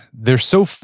they're so,